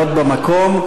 מאוד במקום,